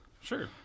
sure